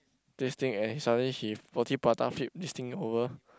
this thing and he suddenly he roti prata flip this thing over